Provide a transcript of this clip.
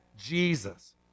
Jesus